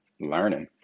learning